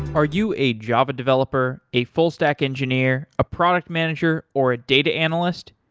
are you a java developer, a full stack engineer, a product manager or a data analyst?